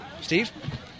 Steve